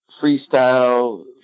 freestyle